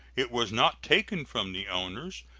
it was not taken from the owners,